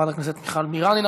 חברת הכנסת מיכל בירן,